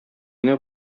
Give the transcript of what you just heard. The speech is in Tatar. генә